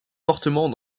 fortement